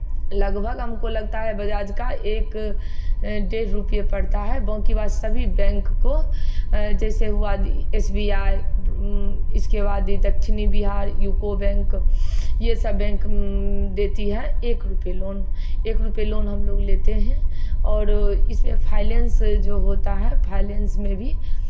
लगभग हमको लगता है बजाज का एक डेढ़ रुपये पड़ता है बाँकी बाद सभी बैंक को जैसे हुआ एस बी आई इसके बाद ये दक्षिणी बिहार यूको बैंक ये सब बैंक देती है एक रुपये लोन एक रुपये लोन हम लोग लेते हैं और इसमें फाइनेंस जो होता है फाइनेंस में भी